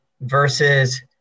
versus